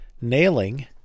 nailing